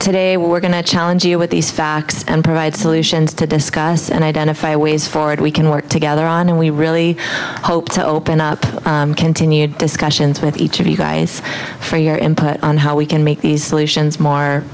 today we're going to challenge you with these facts and provide solutions to discuss and identify ways forward we can work together on and we really hope to open up continue discussions with each of you guys for your input on how we can make these solutions more